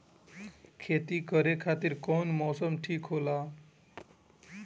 खेती करे खातिर कौन मौसम ठीक होला?